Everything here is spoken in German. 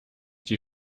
die